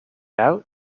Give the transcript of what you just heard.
out